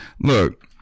look